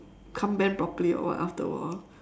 can't bend properly or what after a while